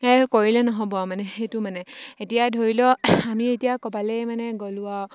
কৰিলে নহ'ব মানে সেইটো মানে এতিয়াই ধৰি লওক আমি এতিয়া ক'বালেই মানে গ'লো আৰু